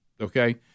okay